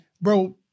bro